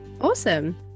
Awesome